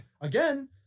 again